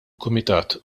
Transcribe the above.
kumitat